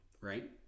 right